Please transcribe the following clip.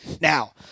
Now